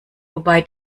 wobei